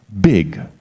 Big